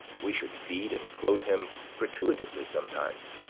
we should feed and clothe him gratuitously sometimes,